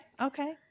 Okay